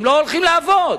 הם לא הולכים לעבוד,